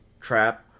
trap